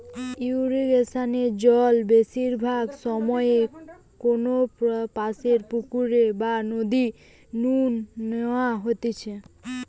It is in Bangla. ইরিগেশনে জল বেশিরভাগ সময় কোনপাশের পুকুর বা নদী নু ন্যাওয়া হইতেছে